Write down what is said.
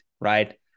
right